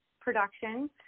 production